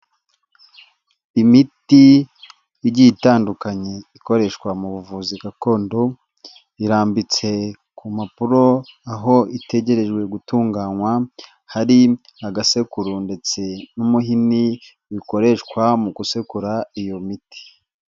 Imiti igiye itandukanye ikoreshwa mu buvuzi gakondo, irambitse ku mpapuro aho itegerejwe gutunganywa, hari agasekuru ndetse n'umuhini bikoreshwa mu gusekura iyo miti.